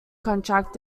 contract